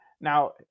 Now